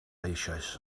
eisoes